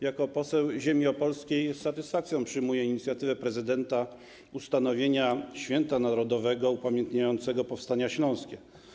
Jako poseł ziemi opolskiej z satysfakcją przyjmuję inicjatywę prezydenta RP w sprawie ustanowienia święta narodowego upamiętniającego powstania śląskie.